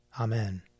Amen